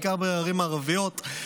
בעיקר בערים הערביות,